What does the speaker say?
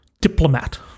diplomat